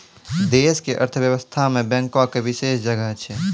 देश के अर्थव्यवस्था मे बैंको के विशेष जगह छै